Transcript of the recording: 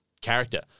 character